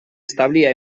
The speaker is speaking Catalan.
establia